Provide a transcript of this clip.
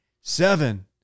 seven